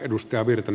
arvoisa puhemies